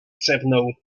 szepnął